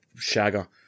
shagger